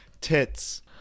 tits